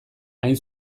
hain